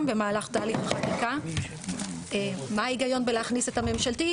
במהלך תהליך החקיקה מה ההיגיון להכניס את הממשלתיים,